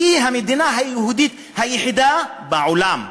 והיא המדינה היהודית היחידה בעולם.